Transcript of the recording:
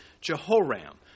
Jehoram